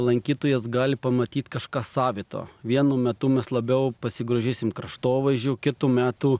lankytojas gali pamatyt kažką savito vienu metu mes labiau pasigrožėsim kraštovaizdžiu kitu metų